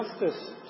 justice